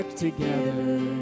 together